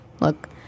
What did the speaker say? look